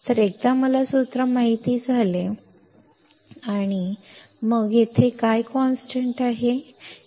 तर एक एकदा मला सूत्र माहित झाले ID IDSS 1 VGS Vp 2 आणि ID K 2 मग येथे स्थिर काय आहे